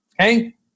okay